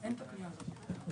הדבר האחרון,